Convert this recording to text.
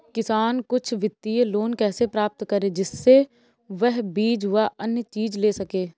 किसान कुछ वित्तीय लोन कैसे प्राप्त करें जिससे वह बीज व अन्य चीज ले सके?